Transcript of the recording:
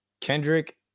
Kendrick